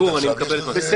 גור, אני מקבל את זה.